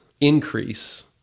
increase